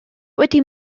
wedi